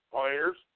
players